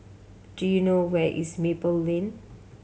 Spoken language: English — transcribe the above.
do you know where is Maple Lane